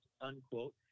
unquote